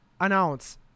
announce